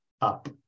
up